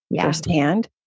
firsthand